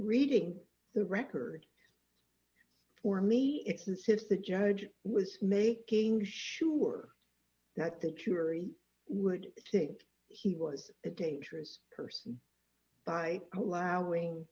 reading the record for me it's insists the judge was making sure that the jury would think he was a dangerous person by allowing